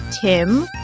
Tim